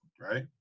right